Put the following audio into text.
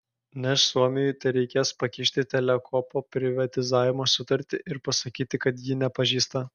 nes suomiui tereikės pakišti telekomo privatizavimo sutartį ir pasakyti kad ji nepažeista